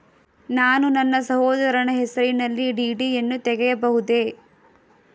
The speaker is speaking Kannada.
ನಾನು ನನ್ನ ಸಹೋದರನ ಹೆಸರಿನಲ್ಲಿ ಡಿ.ಡಿ ಯನ್ನು ತೆಗೆಯಬಹುದೇ?